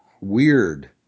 weird